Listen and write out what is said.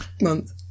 month